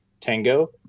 tango